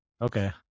Okay